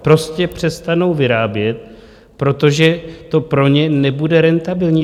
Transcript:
Prostě přestanou vyrábět, protože to pro ně nebude rentabilní.